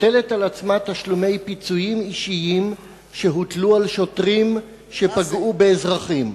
נוטלת על עצמה תשלומי פיצויים אישיים שהוטלו על שוטרים שפגעו באזרחים.